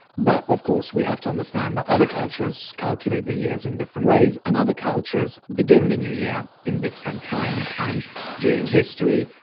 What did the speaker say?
but, of course, we have to understand that other cultures calculate the years in different ways and other cultures begin the new year yeah in different times. and during history,